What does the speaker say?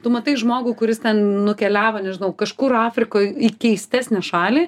tu matai žmogų kuris ten nukeliavo nežinau kažkur afrikoj į keistesnę šalį